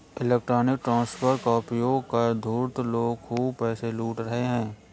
electronic transfer का उपयोग कर धूर्त लोग खूब पैसे लूट रहे हैं